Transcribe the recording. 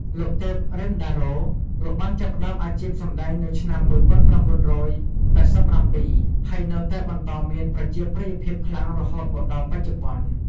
លោក ទេព រិន្ទដារ៉ូ លោកបានចាប់ផ្តើមអាជីពសម្តែងនៅឆ្នាំ ១៩៨៧ ហើយនៅតែបន្តមានប្រជាប្រិយភាពខ្លាំងរហូតមកដល់បច្ចុប្បន្ន។